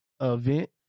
event